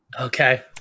Okay